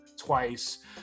twice